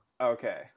Okay